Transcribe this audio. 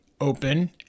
open